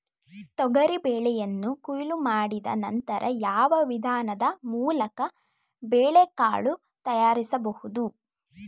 ತೊಗರಿ ಬೇಳೆಯನ್ನು ಕೊಯ್ಲು ಮಾಡಿದ ನಂತರ ಯಾವ ವಿಧಾನದ ಮೂಲಕ ಬೇಳೆಕಾಳು ತಯಾರಿಸಬಹುದು?